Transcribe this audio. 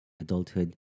adulthood